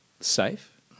safe